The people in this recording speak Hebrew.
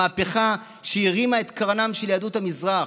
המהפכה שהרימה את קרנה של יהדות המזרח,